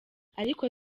ariko